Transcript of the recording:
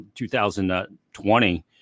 2020